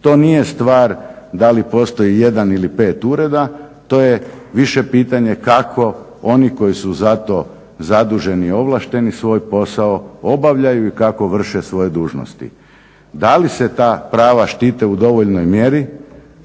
To nije stvar da li postoji jedan ili pet ureda. To je više pitanje kako oni koji su za to zaduženi i ovlašteni svoj posao obavljaju i kako vrše svoje dužnosti. Da li se ta prava štite u dovoljnoj mjeri